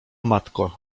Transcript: matko